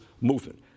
movement